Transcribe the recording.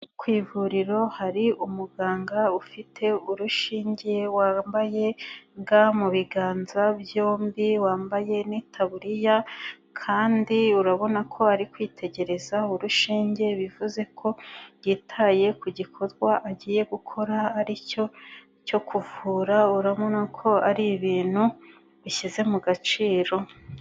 Ku ivuriro hari umuganga ufite urushinge wambaye ga mu biganza byombi, wambaye n'itariya kandi urabona ko ari kwitegereza urushinge bivuze ko yitaye ku gikorwa agiye gukora aricyo cyo kuvura urabona ko ari ibintu bishyize mu gaciro.